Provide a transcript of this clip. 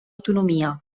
autonomia